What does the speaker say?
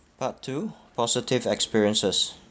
part two positive experiences